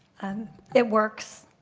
um it works.